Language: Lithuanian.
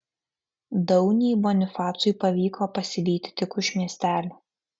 daunį bonifacui pavyko pasivyti tik už miestelio